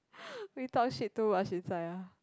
we talked shit too much inside ah